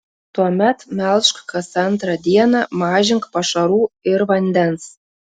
tuomet melžk kas antrą dieną mažink pašarų ir vandens